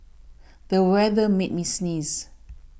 the weather made me sneeze